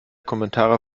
kommentare